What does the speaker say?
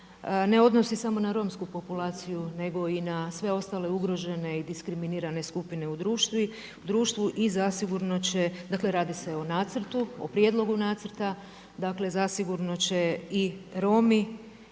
ne odnosi samo na romsku populaciju nego i na sve ostale ugrožene i diskriminirane skupine u društvu i zasigurno će, dakle radi se o nacrtu o prijedlogu nacrta, dakle zasigurno će i Romi